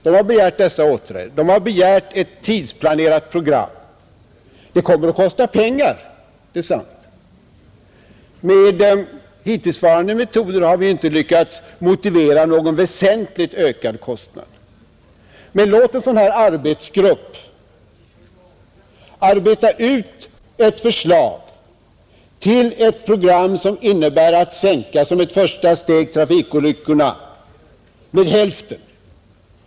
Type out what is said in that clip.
De har begärt att dessa åtgärder skall vidtas och de har begärt ett tidsplanerat program, Det kommer att kosta pengar — det är sant. Med hittillsvarande metoder har vi ju inte lyckats motivera någon väsentligt ökad kostnad. Men låt en sådan här arbetsgrupp arbeta ut förslag till ett program som innebär att — som ett första steg — sänka antalet trafikolyckor med hälften.